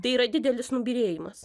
tai yra didelis nubyrėjimas